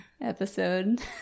episode